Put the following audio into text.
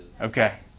Okay